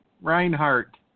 Reinhardt